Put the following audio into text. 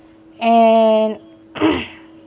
and